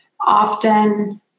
often